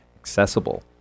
accessible